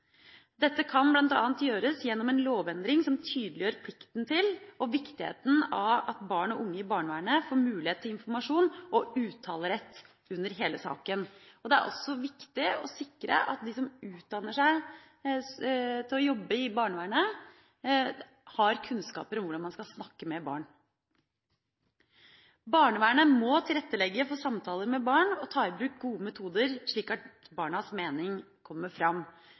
Dette kan bl.a. gjøres gjennom en lovendring som tydeliggjør plikten til og viktigheten av at barn og unge i barnevernet får mulighet til informasjon og uttalerett under hele saken. Det er også viktig å sikre at de som utdanner seg til å jobbe i barnevernet, har kunnskaper om hvordan man skal snakke med barn. Barnevernet må tilrettelegge for samtaler med barn og ta i bruk gode metoder slik at barnas mening kommer fram.